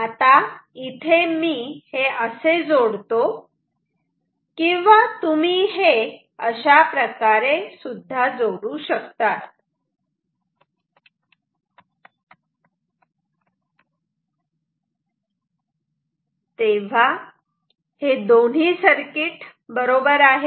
आता इथे मी हे असे जोडतो किंवा तुम्ही हे अशा प्रकारे सुद्धा जोडू शकतात तेव्हा हे दोन्ही सर्किट बरोबर आहे